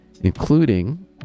including